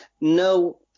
No